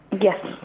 yes